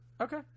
Okay